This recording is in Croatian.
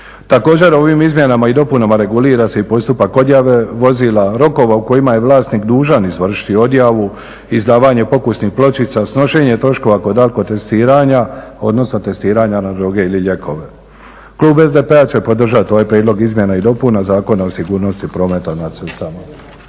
Također ovim izmjenama i dopunama regulira se i postupak odjave vozila, rokova u kojima je vlasnik dužan izvršiti odjavu, izdavanje pokusnih pločica, snošenje troškova kod alkotestiranja, odnosno testiranja na droge ili lijekove. Klub SDP-a će podržat ovaj Prijedlog izmjena i dopuna Zakona o sigurnosti prometa na cestama.